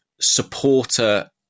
supporter